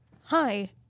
Hi